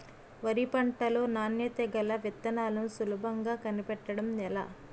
వరి పంట లో నాణ్యత గల విత్తనాలను సులభంగా కనిపెట్టడం ఎలా?